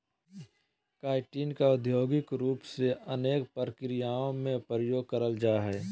chitin का औद्योगिक रूप से अनेक प्रक्रियाओं में उपयोग करल जा हइ